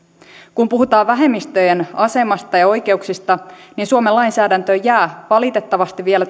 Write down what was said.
kun puhutaan vähemmistöjen asemasta ja oikeuksista niin suomen lainsäädäntöön jää valitettavasti vielä